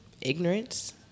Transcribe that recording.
ignorance